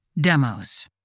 demos